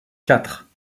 quatre